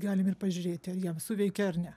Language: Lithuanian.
galim ir pažiūrėti ar jiem suveikė ar ne